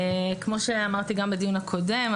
כמו שאמרתי גם בדיון הקודם,